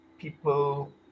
people